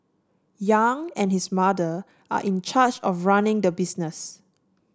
yang and his mother are in charge of running the business